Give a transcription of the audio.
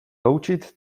loučit